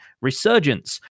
resurgence